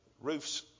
roofs